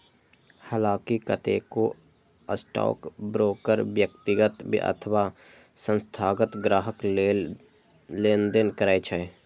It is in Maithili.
हलांकि कतेको स्टॉकब्रोकर व्यक्तिगत अथवा संस्थागत ग्राहक लेल लेनदेन करै छै